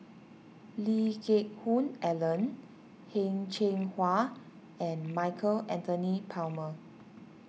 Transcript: Lee Geck Hoon Ellen Heng Cheng Hwa and Michael Anthony Palmer